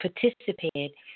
participated